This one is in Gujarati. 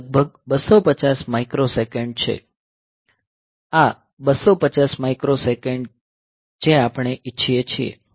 તે લગભગ 250 માઇક્રોસેકન્ડ છે આ 250 માઇક્રોસેકન્ડ છે જે આપણે ઇચ્છીએ છીએ